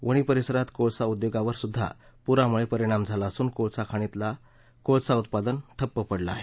वणी परिसरातील कोळसा उद्योगावर सुद्धा पुरामुळे परिणाम झाला असून कोळसा खाणीतील कोळसा उत्पादन ठप्प पडले आहे